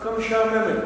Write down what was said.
דווקא משעממת.